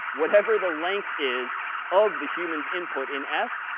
whatever the length is of the human's input in s,